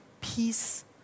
peace